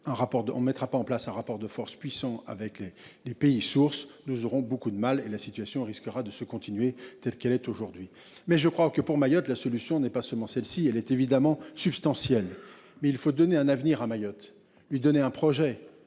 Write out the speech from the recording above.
on mettra pas en place. Un rapport de force puissant avec les les pays sources nous aurons beaucoup de mal et la situation risquera de se continuer telle qu'elle est aujourd'hui mais je crois que pour Mayotte. La solution n'est pas seulement celle-ci elle est évidemment substantielle mais il faut donner un avenir à Mayotte, lui donner un projet,